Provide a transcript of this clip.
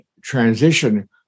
transition